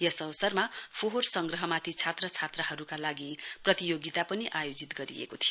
यस अवसरमा फोहोर संग्रहमाथि छात्र छात्राहरूका लागि प्रतियोगिता पनि आयोजित गरिएको थियो